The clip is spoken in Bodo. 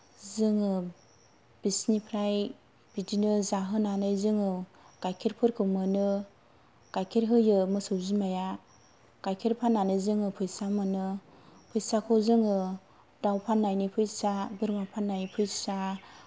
जोङो बिसोरनिफ्राय बिदिनो जाहोनानै जोङो गाइखेरफोरखौ मोनो गाइखेर होयो मोसौ बिमाया गाइखेर फाननानै जोङो फैसा मोनो फैसाखौ जोङो दाउ फाननायनि फैसा बोरमा फाननाय फैसा